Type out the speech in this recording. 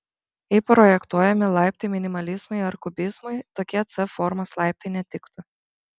jei projektuojami laiptai minimalizmui ar kubizmui tokie c formos laiptai netiktų